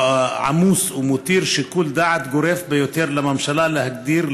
עמוס ומותיר שיקול דעת גורף ביותר לממשלה להגדיר,